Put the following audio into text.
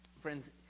Friends